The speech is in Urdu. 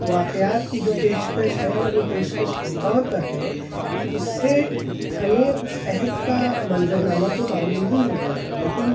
واقعات کی جو پیشکش ہے وہ پیشکش اس طور پر ہے کہ اس سے ہمیں اس عہد کا منظرنامہ تو معلوم ہی ہوتا ہے لیکن